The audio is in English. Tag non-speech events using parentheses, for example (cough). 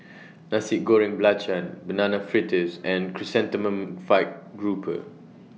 (noise) Nasi Goreng Belacan Banana Fritters and Chrysanthemum Fried Grouper